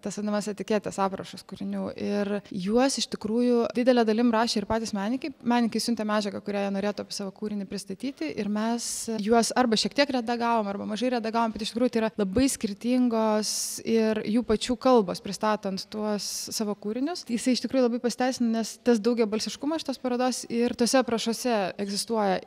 tas vadinamas etiketės aprašus kūrinių ir juos iš tikrųjų didele dalim rašė ir patys menininkai menininkai siuntė medžiagą kurioje norėtų savo kūrinį pristatyti ir mes juos arba šiek tiek redagavom arba mažai redagavom ir iš tikrųjų yra labai skirtingos ir jų pačių kalbos pristatant tuos savo kūrinius jisai iš tikrųjų labai pasiteisina nes tas daugiabalsiškumas šitos parodos ir tuose aprašuose egzistuoja